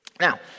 Now